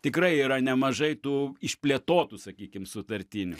tikrai yra nemažai tų išplėtotų sakykim sutartinių